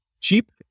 cheap